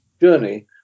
journey